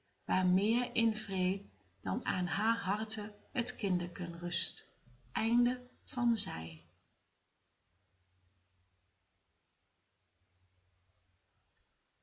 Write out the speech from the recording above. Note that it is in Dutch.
meer in vreê dan aan haar harte het kindeken rust